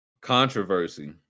Controversy